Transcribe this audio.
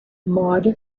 maude